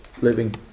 living